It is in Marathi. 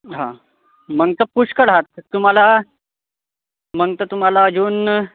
मग तर पुष्कळ आहेत तुम्हाला मग तर तुम्हाला अजून